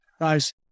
Guys